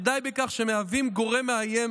ודי בכך שהם מהווים גורם מאיים